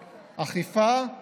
אכיפה,